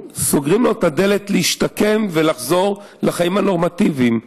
סוגרים לו את הדלת לשיקום ולחזרה לחיים הנורמטיביים.